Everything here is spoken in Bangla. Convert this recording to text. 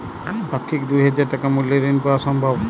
পাক্ষিক দুই হাজার টাকা মূল্যের ঋণ পাওয়া সম্ভব?